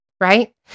right